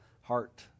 heart